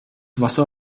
wasser